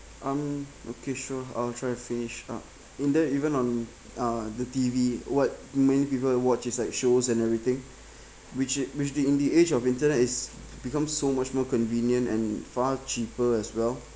um okay sure I'll try to finish up in there even on uh the T_V what many people watch is like shows and everything which in which in the age of internet is become so much more convenient and far cheaper as well